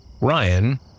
Ryan